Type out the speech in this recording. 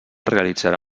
realitzarà